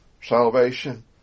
salvation